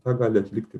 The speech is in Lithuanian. tą gali atlikti